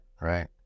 right